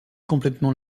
complètement